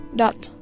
dot